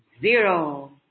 zero